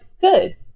good